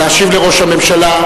להשיב לראש הממשלה.